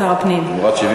שר הפנים.